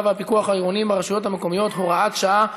והפיקוח העירוניים ברשויות המקומיות (הוראת שעה)